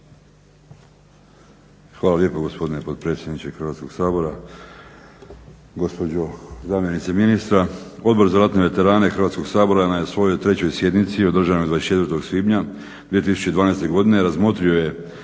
Hvala lijepo, gospodine potpredsjedniče Hrvatskog sabora. Gospođo zamjenice ministra. Odbor za ratne veterane Hrvatskog sabora na svojoj 3. sjednici održanoj 24. svibnja 2012. godine razmotrio je